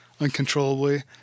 uncontrollably